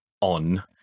on